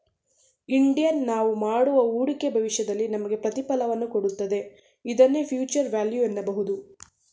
Indian ನಾವು ಮಾಡುವ ಹೂಡಿಕೆ ಭವಿಷ್ಯದಲ್ಲಿ ನಮಗೆ ಪ್ರತಿಫಲವನ್ನು ಕೊಡುತ್ತದೆ ಇದನ್ನೇ ಫ್ಯೂಚರ್ ವ್ಯಾಲ್ಯೂ ಎನ್ನಬಹುದು